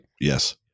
Yes